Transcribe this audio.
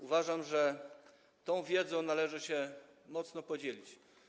Uważam, że tą wiedzą należy się podzielić.